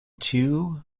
too